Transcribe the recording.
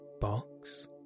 box